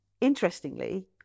interestingly